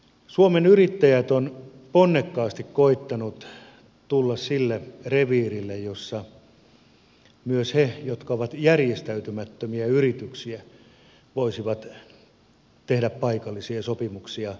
suomen yrittäjät on ponnekkaasti koettanut tulla sille reviirille jossa myös ne jotka ovat järjestäytymättömiä yrityksiä voisivat tehdä paikallisia sopimuksia henkilöstönsä kanssa